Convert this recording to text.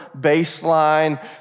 baseline